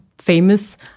famous